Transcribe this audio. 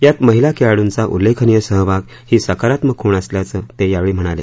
यात महिला खेळाडूंचा उल्लेखनीय सहभाग ही सकारात्मक खूण असल्याचं ते यावेळी म्हणाले